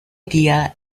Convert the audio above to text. día